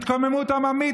התקוממות עממית,